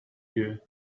you